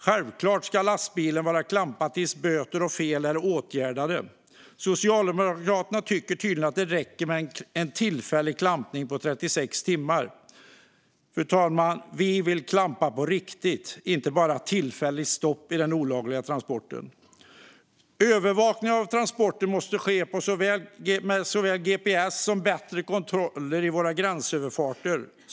Självklart ska lastbilen vara klampad tills böter och fel är åtgärdade. Socialdemokraterna tycker tydligen att det räcker med en tillfällig klampning på 36 timmar. Vi vill dock klampa på riktigt, inte bara tillfälligt stoppa den olagliga transporten. Övervakningen av transporter måste ske med såväl gps som bättre kontroller i våra gränsöverfarter.